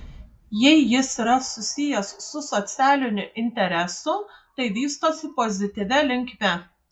jei jis yra susijęs su socialiniu interesu tai vystosi pozityvia linkme